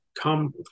come